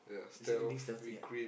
basically being stealthy ah